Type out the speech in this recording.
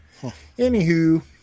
anywho